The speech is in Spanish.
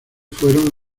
fueron